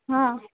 हाँ